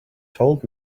told